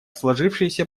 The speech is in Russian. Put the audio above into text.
сложившейся